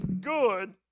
good